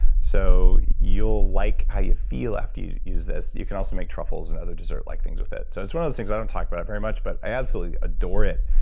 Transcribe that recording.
so you'll like how you feel after you use this. you can also make truffles and other dessert-like things with it. so it's one of those things that i don't talk about very much, but i absolutely adore it,